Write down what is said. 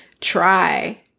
try